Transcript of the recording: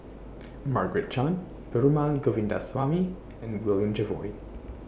Margaret Chan Perumal Govindaswamy and William Jervois